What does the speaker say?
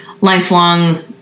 lifelong